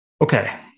Okay